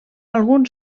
alguns